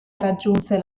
raggiunse